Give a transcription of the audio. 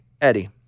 Eddie